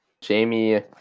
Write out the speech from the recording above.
Jamie